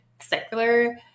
secular